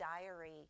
diary